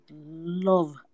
love